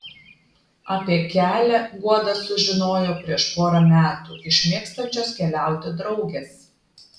apie kelią guoda sužinojo prieš porą metų iš mėgstančios keliauti draugės